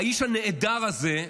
האיש הנעדר הזה,